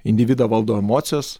individą valdo emocijos